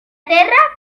terra